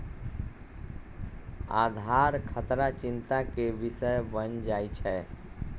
आधार खतरा चिंता के विषय बन जाइ छै